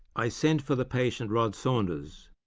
i sent for the patient, rod saunders,